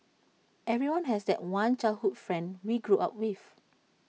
everyone has that one childhood friend we grew up with